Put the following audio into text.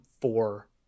four